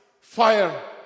fire